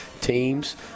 teams